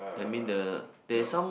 I mean the there is some